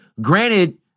granted